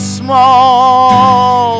small